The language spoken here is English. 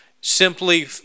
Simply